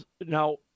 Now